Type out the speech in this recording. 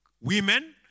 women